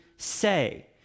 say